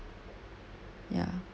ya